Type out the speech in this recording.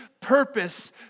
purpose